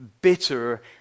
Bitter